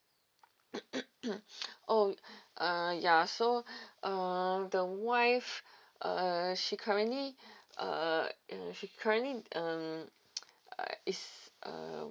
oh uh ya so uh the wife uh she currently uh and she currently um uh is uh